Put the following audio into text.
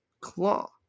Claw